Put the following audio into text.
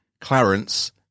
Clarence